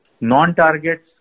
non-targets